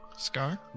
Scar